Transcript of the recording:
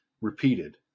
repeated